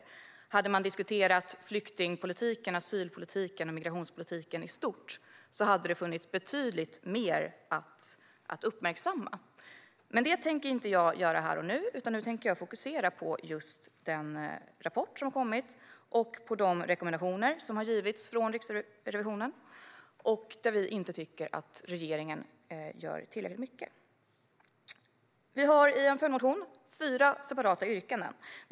Skulle man ha diskuterat flyktingpolitiken, asylpolitiken och migrationspolitiken i stort hade det funnits betydligt mer att uppmärksamma, men det tänker inte jag göra här och nu, utan jag tänker fokusera på den rapport som har kommit, på de rekommendationer som har givits från Riksrevisionen och på de områden där vi inte tycker att regeringen gör tillräckligt mycket. Vi har i en följdmotion fyra separata yrkanden.